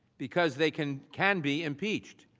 because they can can be impeached,